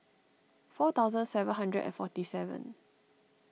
four thousand seven hundred and forty seven